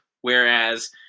Whereas